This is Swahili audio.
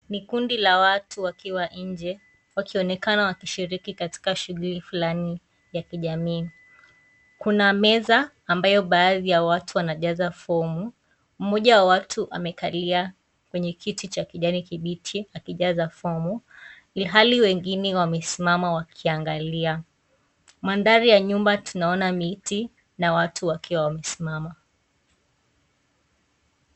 Ni kundi la watu likiwa nje wakionekana wakishiliki katika shughuli fulani ya kijamii, kuna meza ambayo baadhi ya watu wanachaza fomu, mmoja wa watu amekalia kwenye kiti cha kijani kibichi akichaza fomu ilihali wengine wamesimama wakiangalia. Mandhari ya nyumba tunaona miti na watu wakiwa wamesimama.